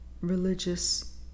religious